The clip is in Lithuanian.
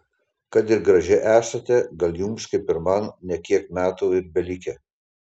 kad ir graži esate gal jums kaip ir man ne kiek metų ir belikę